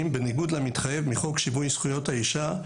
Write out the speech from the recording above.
בניגוד למתחייב מחוק שיווי זכויות האישה,